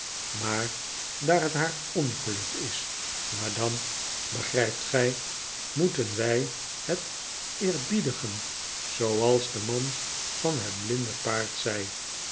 maar daar het haar ongeluk is madame begrijpt gij moeten wij het eerbiedigen zooals de man van het blinde paard zei